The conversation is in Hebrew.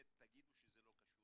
ותגידו שזה לא קשור,